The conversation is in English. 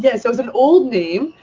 yeah so it's an old name.